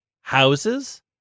houses